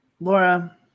Laura